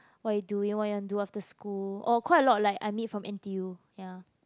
what are you doing what are you do after school oh quite a lot like I meet from n_t_u ya